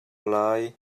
lai